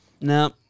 No